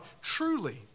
truly